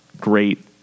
Great